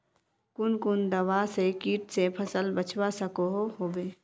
कुन कुन दवा से किट से फसल बचवा सकोहो होबे?